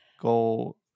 go